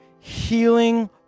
healing